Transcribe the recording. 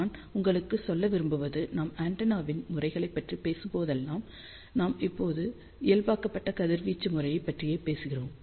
நான் உங்களுக்கு சொல்ல விரும்புவது நாம் ஆண்டெனாவின் முறைகளைப் பற்றி பேசும்போதெல்லாம் நாம் எப்போதும் இயல்பாக்கப்பட்ட கதிர்வீச்சு முறை பற்றியே பேசுகிறோம்